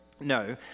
No